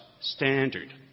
standard